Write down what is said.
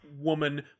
woman